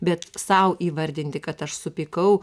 bet sau įvardinti kad aš supykau